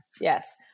yes